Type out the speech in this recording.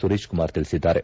ಸುರೇಶ್ ಕುಮಾರ್ ತಿಳಿಸಿದ್ದಾರೆ